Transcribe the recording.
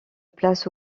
place